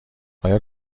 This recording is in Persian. آیا